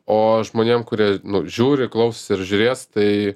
o žmonėm kurie nu žiūri klausosi ir žiūrės tai